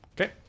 Okay